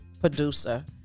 producer